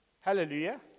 Hallelujah